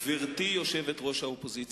גברתי יושבת-ראש האופוזיציה,